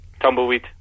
Tumbleweed